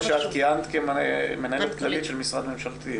שכיהנת כמנהלת כללית של משרד ממשלתי.